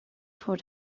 for